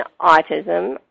autism